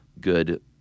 good